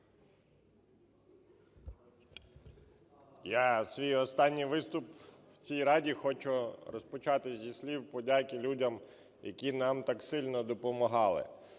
Я свій останній виступ в цій Раді хочу розпочати зі слів подяки людям, які нам так сильно допомагали.